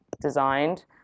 designed